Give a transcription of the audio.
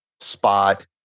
spot